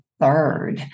third